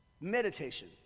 meditation